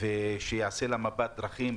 שיעשה לה מפת דרכים,